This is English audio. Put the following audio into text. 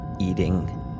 eating